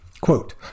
quote